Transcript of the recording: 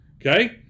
Okay